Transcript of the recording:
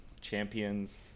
champions